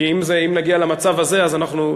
כי אם נגיע למצב הזה אנחנו,